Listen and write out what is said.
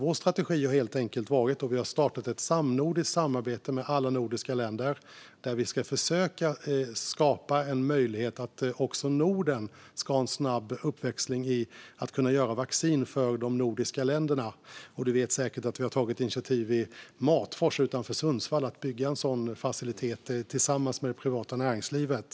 Vår strategi har helt enkelt varit att starta ett samnordiskt samarbete med alla de nordiska länderna där vi ska försöka skapa en möjlighet också för Norden att ha en snabb uppväxling när det gäller att kunna göra vaccin för de nordiska länderna. Alexander Christiansson vet säkert att vi har tagit initiativ i Matfors utanför Sundsvall till att bygga en sådan facilitet tillsammans med det privata näringslivet.